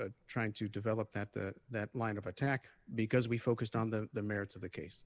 trying to develop that that that line of attack because we focused on the merits of the case